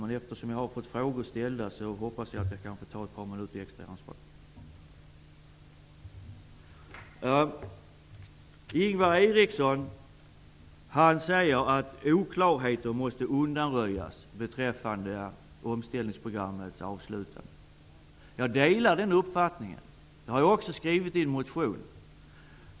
Men eftersom jag har fått frågor ställda till mig hoppas jag att jag kan få ta ett par minuter extra i anspråk. Ingvar Eriksson säger att oklarheter måste undanröjas beträffande omställningsprogrammet. Jag delar den uppfattningen. Jag har också väckt en motion.